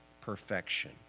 perfection